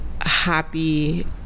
happy